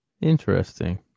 Interesting